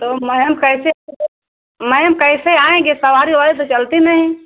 तो मैम कैसे फिर मैम कैसे आएँगे सवारी ओवारी तो चलती नहीं